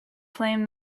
flame